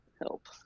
help